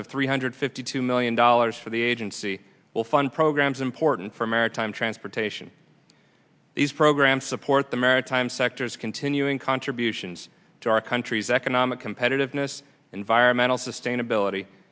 of three hundred fifty two million dollars for the agency will fund programs important for maritime transportation these programs support the maritime sectors continuing contributions to our country's economic competitiveness environmental sustainability